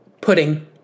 Pudding